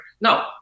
no